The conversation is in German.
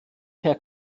herr